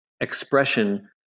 expression